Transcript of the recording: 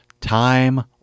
time